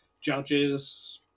judges